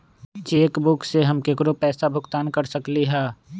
cheque book से हम केकरो पैसा भुगतान कर सकली ह